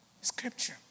Scripture